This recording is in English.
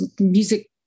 music